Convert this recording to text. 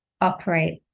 operate